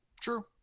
True